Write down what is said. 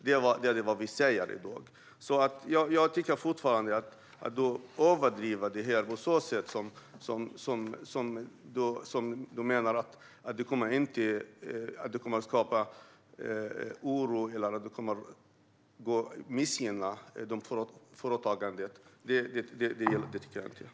Detta är vad vi säger i dag. Jag tycker att Jörgen Warborn överdriver. Han menar att det här kommer att skapa oro och missgynna företagandet. Jag instämmer inte i det.